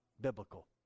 biblical